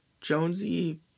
Jonesy